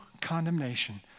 condemnation